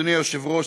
אדוני היושב-ראש,